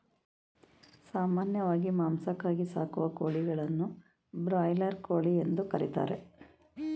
ಸಾಮಾನ್ಯವಾಗಿ ಮಾಂಸಕ್ಕಾಗಿ ಸಾಕುವ ಕೋಳಿಗಳನ್ನು ಬ್ರಾಯ್ಲರ್ ಕೋಳಿ ಎಂದು ಕರಿತಾರೆ